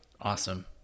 Awesome